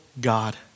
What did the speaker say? God